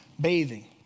bathing